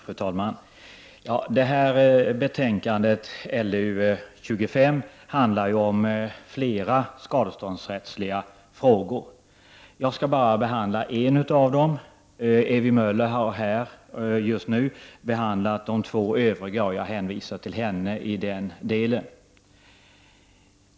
Fru talman! Lagutskottets betänkande 25 handlar om flera skadeståndsrättsliga frågor. Jag skall bara behandla en av dem. Ewy Möller har behandlat de två övriga, och jag hänvisar till henne i den delen.